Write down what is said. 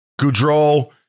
Goudreau